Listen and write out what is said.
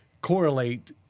correlate